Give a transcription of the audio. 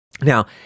Now